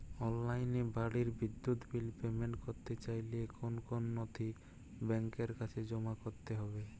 অনলাইনে বাড়ির বিদ্যুৎ বিল পেমেন্ট করতে চাইলে কোন কোন নথি ব্যাংকের কাছে জমা করতে হবে?